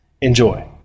enjoy